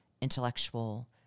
intellectual